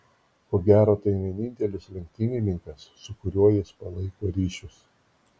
ko gero tai vienintelis lenktynininkas su kuriuo jis palaiko ryšius